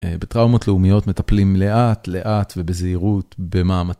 בטראומות לאומיות מטפלים לאט לאט ובזהירות במאמצים.